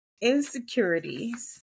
insecurities